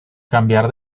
cambiar